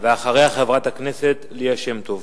אחריה, חברת הכנסת ליה שמטוב.